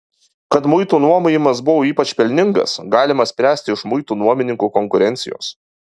kad muitų nuomojimas buvo ypač pelningas galima spręsti iš muitų nuomininkų konkurencijos